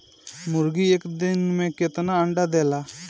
मुर्गी एक दिन मे कितना अंडा देला?